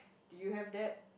do you have that